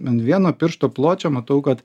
ant vieno piršto pločio matau kad